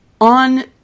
On